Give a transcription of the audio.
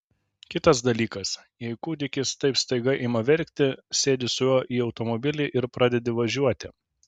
kitas dalykas jei kūdikis taip staiga ima verkti sėdi su juo į automobilį ir pradedi važiuoti